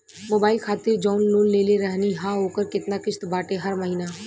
Mobile खातिर जाऊन loan लेले रहनी ह ओकर केतना किश्त बाटे हर महिना?